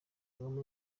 kagame